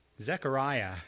Zechariah